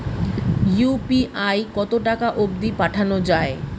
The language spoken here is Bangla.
ইউ.পি.আই কতো টাকা অব্দি পাঠা যায়?